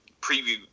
preview